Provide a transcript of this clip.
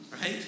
right